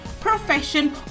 profession